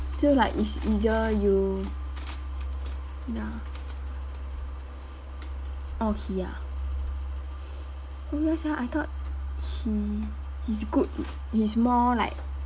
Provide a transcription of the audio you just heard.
so like it's either you ya oh kee ah oh ya sia I thought he he's good he's more like